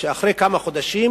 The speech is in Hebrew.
שאחרי כמה חודשים